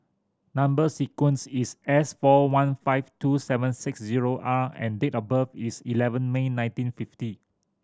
number sequence is S four one five two seven six zero R and date of birth is eleven May nineteen fifty